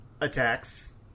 attacks